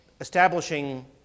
establishing